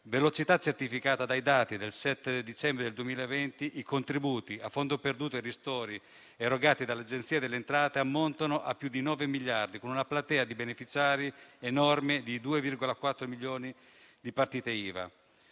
velocità certificata dai dati del 7 dicembre del 2020; i contributi a fondo perduto e i ristori erogati dall'Agenzia delle entrate ammontano a più di 9 miliardi, con una platea di beneficiari enorme pari a 2,4 milioni di partite IVA.